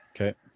Okay